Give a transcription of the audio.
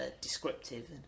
descriptive